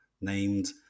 named